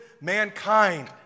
mankind